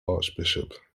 archbishop